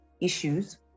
issues